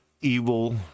evil